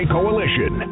Coalition